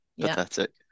pathetic